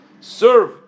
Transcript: Serve